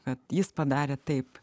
kad jis padarė taip